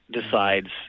decides